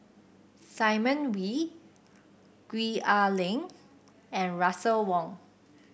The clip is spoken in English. Simon Wee Gwee Ah Leng and Russel Wong